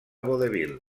vodevil